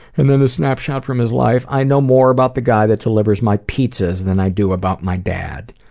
and then the snapshot from his life, i know more about the guy that delivers my pizzas than i do about my dad.